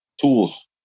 tools